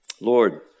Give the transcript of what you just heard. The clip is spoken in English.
Lord